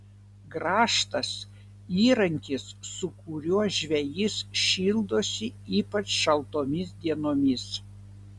grąžtas įrankis su kuriuo žvejys šildosi ypač šaltomis dienomis